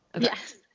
Yes